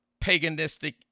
paganistic